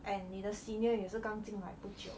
and 你的 senior 也是刚进来不久